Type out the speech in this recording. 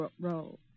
role